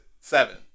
seven